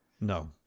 No